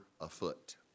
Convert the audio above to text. afoot